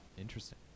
Interesting